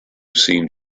seen